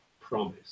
promise